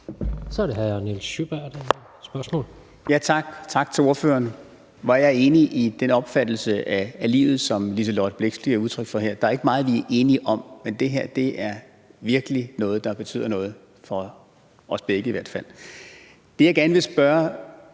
Kl. 13:37 Nils Sjøberg (RV): Tak. Og tak til ordføreren. Hvor er jeg enig i den opfattelse af livet, som Liselott Blixt giver udtryk for her. Der er ikke meget, vi er enige om, men det her er i hvert fald virkelig noget, der betyder noget for os begge. Det, jeg gerne vil spørge